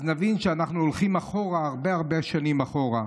אז נבין שאנחנו הולכים אחורה, הרבה שנים אחורה.